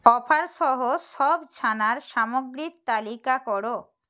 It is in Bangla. অফার সহ সব ছানার সামগ্রীর তালিকা করো